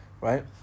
right